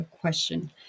question